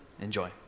Enjoy